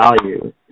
value